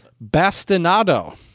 Bastinado